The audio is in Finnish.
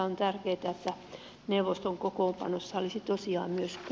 on tärkeätä että neuvoston kokoonpanossa olisi tosiaan näistä